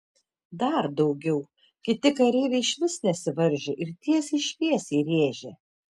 dar daugiau kiti kareiviai išvis nesivaržė ir tiesiai šviesiai rėžė